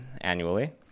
annually